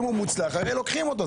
אם הוא מוצלח, לוקחים אותו.